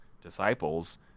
disciples